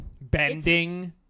bending